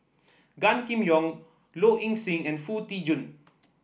Gan Kim Yong Low Ing Sing and Foo Tee Jun